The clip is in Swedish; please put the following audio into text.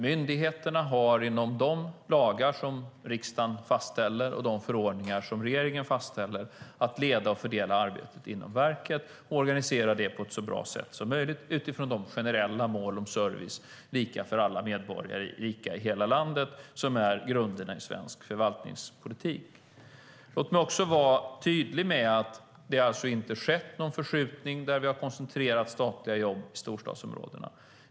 Myndigheterna har inom de lagar som riksdagen fastställer och de förordningar som regeringen fastställer att leda och fördela arbetet inom verket och organisera det på ett så bra sätt som möjligt utifrån de generella mål om service, lika för alla medborgare i hela landet, som är grunderna i svensk förvaltningspolitik. Låt mig också vara tydlig med att det inte har skett någon förskjutning där vi har koncentrerat statliga jobb till storstadsområdena.